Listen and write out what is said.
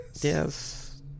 Yes